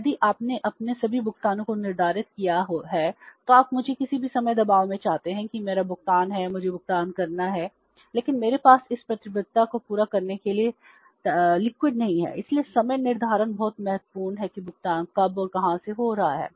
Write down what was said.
यदि आपने अपने सभी भुगतानों को निर्धारित किया है तो आप मुझे किसी भी समय दबाव में चाहते हैं कि मेरा भुगतान है मुझे भुगतान करना है लेकिन मेरे पास इस प्रतिबद्धता को पूरा करने के लिए तरल है